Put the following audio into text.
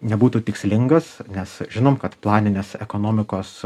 nebūtų tikslingas nes žinom kad planinės ekonomikos